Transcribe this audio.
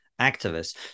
activists